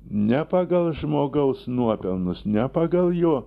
ne pagal žmogaus nuopelnus ne pagal jo